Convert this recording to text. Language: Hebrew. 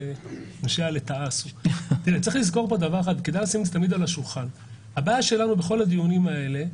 וכדאי לשים את זה על השולחן תמיד: הבעיה שלנו בכל הדיונים האלה,